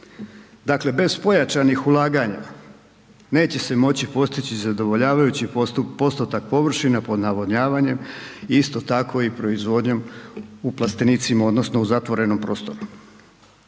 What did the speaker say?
Dakle bez pojačanih ulaganja neće se moći postići zadovoljavajući postotak površina pod navodnjavanjem, i isto tako i proizvodnjom u plastenicima, odnosno u zatvorenom prostoru.